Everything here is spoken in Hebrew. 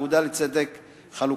"האגודה לצדק חלוקתי".